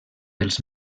els